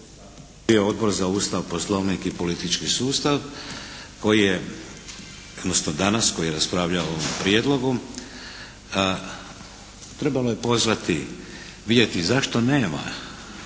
bio Odbor za Ustav, Poslovnik i politički sustav koji je, odnosno danas koji je raspravljao o ovom prijedlogu trebalo je pozvati, vidjeti zašto nema,